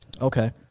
Okay